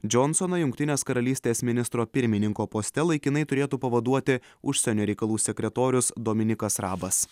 džonsoną jungtinės karalystės ministro pirmininko poste laikinai turėtų pavaduoti užsienio reikalų sekretorius dominikas rabas